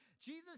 Jesus